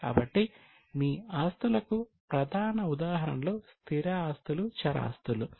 కాబట్టి మీ ఆస్తులకు ప్రధాన ఉదాహరణలు స్థిర ఆస్తులు చర ఆస్తులు